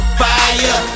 fire